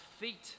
feet